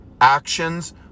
actions